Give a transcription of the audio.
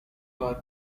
ரொம்ப